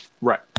Right